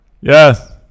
Yes